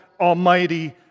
Almighty